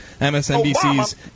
MSNBC's